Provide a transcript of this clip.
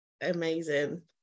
amazing